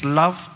love